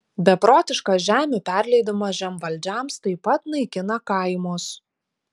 beprotiškas žemių perleidimas žemvaldžiams taip pat naikina kaimus